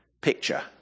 picture